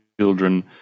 children